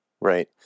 Right